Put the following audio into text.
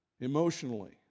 emotionally